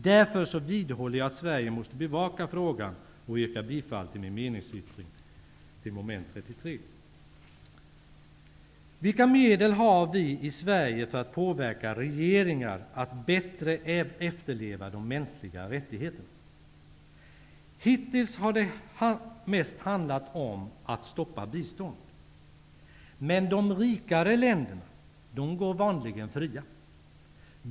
Därför vidhåller jag att Sverige måste bevaka frågan. Jag yrkar bifall till min meningsyttring vid mom. 33. Vilka medel har vi i Sverige för att påverka regeringar att bättre efterleva de mänskliga rättigheterna? Hittills har det mest handlat om att stoppa bistånd. Men de rikare länderna, de går vanligen fria.